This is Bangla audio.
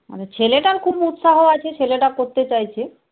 মানে ছেলেটার খুব উৎসাহ আছে ছেলেটা করতে চাইছে